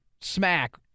smack